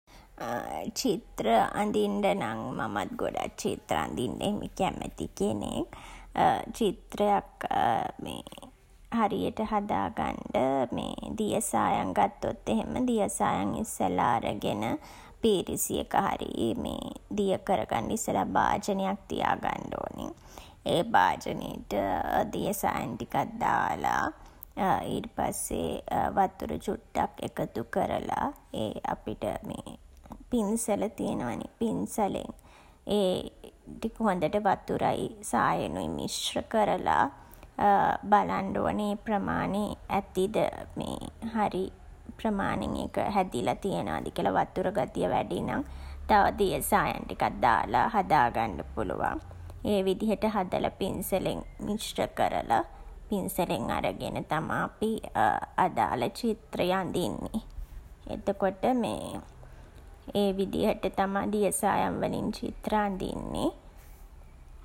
චිත්‍ර අඳින්ඩ නම් මමත් ගොඩක් චිත්‍ර අඳින්ඩ එහෙම කැමති කෙනෙක්. චිත්‍රයක් මේ හරියට හදාගන්ඩ දියසායම් ගත්තොත් එහෙම දියසායම් ඉස්සල්ලා අරගෙන පීරිසියක හරි දිය කරගන්ඩ ඉස්සල්ලා භාජනයක් තියාගන්ඩ ඕනේ. ඒ භාජනේට දිය සායම් ටිකක් දාලා ඊට පස්සේ වතුර චුට්ටක් එකතු කරලා ඒ අපිට පින්සල තියනවා නේ පින්සලෙන් ඒ ටික හොඳට වතුරයි සායනුයි මිශ්‍ර කරලා බලන්ඩ ඕනෙ ඒ ප්‍රමාණෙ ඇතිද හරි ප්‍රමාණෙන් ඒක හැදිලා තියනවද කියලා. වතුර ගතිය වැඩි නම් තව දිය සායම් ටිකක් දාලා හදා ගන්න පුළුවන්. ඒ විදිහට හදලා පින්සලෙන් මිශ්‍ර කරලා පින්සලෙන් අරගෙන තමා අපි අදාළ චිත්‍රය අඳින්නෙ. එතකොට මේ ඒ විදිහට තමා දිය සායම් වලින් චිත්‍ර අඳින්නේ.